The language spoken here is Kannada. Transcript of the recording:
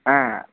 ಹಾಂ ಹಾಂ